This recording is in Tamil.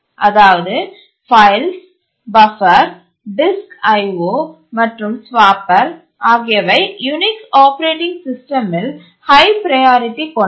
அதாவது files buffer disk I O மற்றும் ஸ்வாப்பர் ஆகியவை யூனிக்ஸ் ஆப்பரேட்டிங் சிஸ்டமில் ஹய் ப்ரையாரிட்டி கொண்டவை